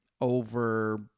over